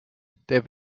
der